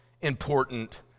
important